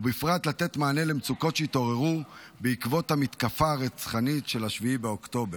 ובפרט לתת מענה למצוקות שהתעוררו בעקבות המתקפה הרצחנית של 7 באוקטובר.